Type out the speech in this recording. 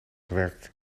gewerkt